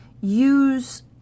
use